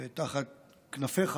תחת כנפיך